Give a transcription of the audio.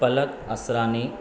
Palak Asrani